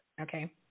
Okay